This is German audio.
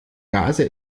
gase